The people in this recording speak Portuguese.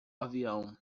avião